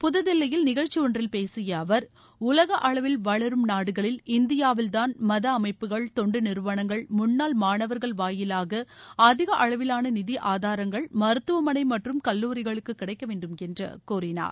புத்தில்லியில் நிகழ்ச்சி ஒன்றில் பேசிய அவர் உலக அளவில் வளரும் நாடுகளில் இந்தியாவில்தான் மத அமைப்புகள் தொண்டு நிறுவனங்கள் முன்னாள் மாணவர்கள் வாயிலாக அதிக அளவிலான நிதி ஆதாரங்கள் மருத்துவமனை மற்றும் கல்லூரிகளுக்கு கிளடக்க வேண்டுமென்று கூறினார்